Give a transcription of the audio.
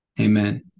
Amen